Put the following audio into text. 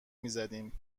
میزدیم